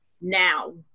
now